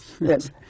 Yes